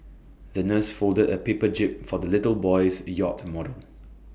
the nurse folded A paper jib for the little boy's yacht model